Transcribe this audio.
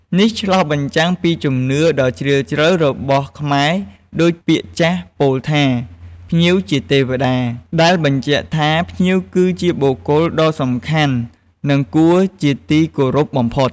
នេះឆ្លុះបញ្ចាំងពីជំនឿដ៏ជ្រាលជ្រៅរបស់ខ្មែរដូចពាក្យចាស់ពោលថា "ភ្ញៀវជាទេវតា" ដែលបញ្ជាក់ថាភ្ញៀវគឺជាបុគ្គលដ៏សំខាន់ និងគួរជាទីគោរពបំផុត។